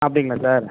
அப்படிங்களா சார்